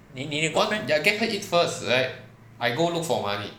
你你你这边